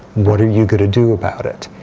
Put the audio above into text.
what are you going to do about it?